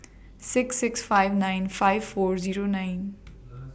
six six five nine five four Zero nine